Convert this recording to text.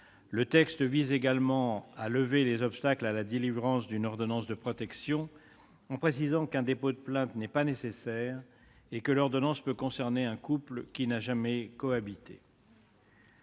Le texte vise également à lever les obstacles à la délivrance d'une ordonnance de protection en précisant qu'un dépôt de plainte n'est pas nécessaire et que l'ordonnance peut concerner un couple qui n'a jamais cohabité.